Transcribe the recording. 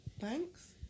thanks